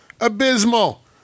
Abysmal